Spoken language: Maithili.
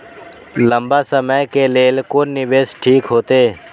लंबा समय के लेल कोन निवेश ठीक होते?